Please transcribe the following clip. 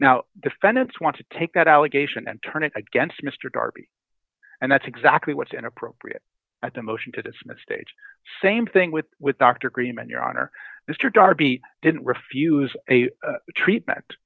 now defendants want to take that allegation and turn it against mr darby and that's exactly what's inappropriate at the motion to dismiss stage same thing with with dr graham and your honor mr darby didn't refuse a treatment